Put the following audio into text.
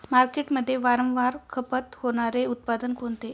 मार्केटमध्ये वारंवार खपत होणारे उत्पादन कोणते?